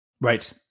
right